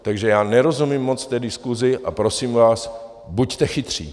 Takže já nerozumím moc té diskusi a prosím vás, buďte chytří.